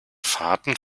fahrten